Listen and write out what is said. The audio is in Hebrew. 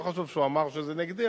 לא חשוב שהוא אמר שזה נגדי,